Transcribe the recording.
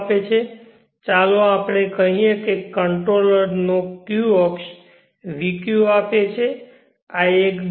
આપે છે ચાલો આપણે કહીએ કે કંટ્રોલર નો q અક્ષ vq આપે છે આ એક dq